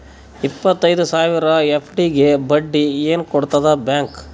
ಇಪ್ಪತ್ತೈದು ಸಾವಿರ ಎಫ್.ಡಿ ಗೆ ಬಡ್ಡಿ ಏನ ಕೊಡತದ ಬ್ಯಾಂಕ್?